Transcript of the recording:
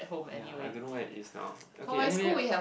ya I don't know where it is now okay anyway